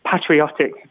patriotic